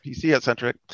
PC-centric